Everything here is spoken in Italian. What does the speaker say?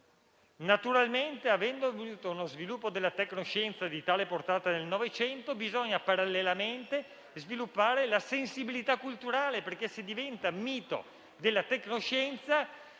Naturalmente, avendo avuto uno sviluppo della tecnoscienza di tale portata nel Novecento, bisogna parallelamente sviluppare la sensibilità culturale, perché se la tecnoscienza